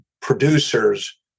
producers